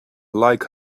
like